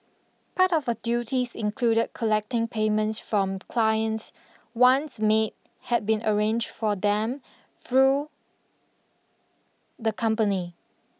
part of her duties included collecting payments from clients once maid had been arranged for them through the company